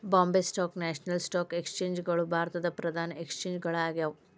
Bombay stock national stock exchange ಗಳು ಭಾರತದ್ ಪ್ರಧಾನ ಎಕ್ಸ್ಚೇಂಜ್ ಗಳಾಗ್ಯಾವ